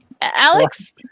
Alex